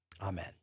Amen